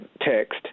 text